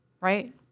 Right